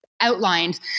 outlined